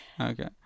okay